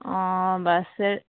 অঁ বাছেৰে